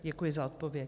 Děkuji za odpověď.